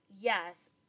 yes